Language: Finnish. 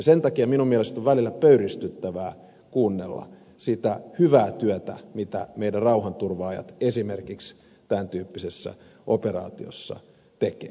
sen takia minun mielestäni on välillä pöyristyttävää kuunnella kritiikkiä siitä hyvästä työstä mitä meidän rauhanturvaajat esimerkiksi tämän tyyppisessä operaatiossa tekevät